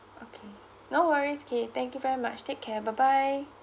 okay no worries okay thank you very much take care bye bye